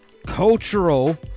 cultural